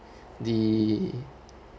the